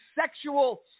sexual